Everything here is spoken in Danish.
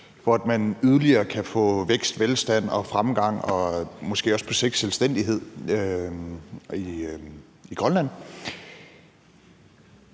kan få yderligere vækst, velstand og fremgang og måske også på sigt selvstændighed i Grønland,